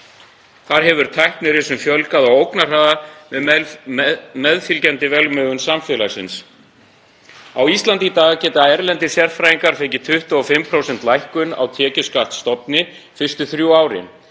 Þar hefur tæknirisum fjölgað á ógnarhraða með meðfylgjandi velmegun samfélagsins. Á Íslandi geta erlendir sérfræðingar fengið 25% lækkun á tekjuskattsstofni fyrstu þrjú árin